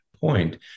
point